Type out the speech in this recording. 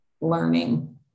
learning